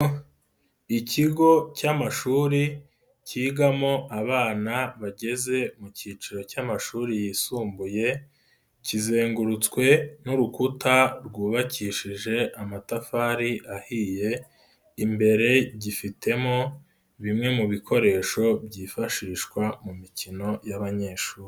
Ikigo cy'amashuri kigamo abana bageze mu cyiciro cy'amashuri yisumbuye, kizengurutswe n'urukuta rwubakishije amatafari ahiye, imbere gifitemo bimwe mu bikoresho byifashishwa mu mikino y'abanyeshuri.